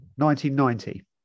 1990